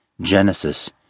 genesis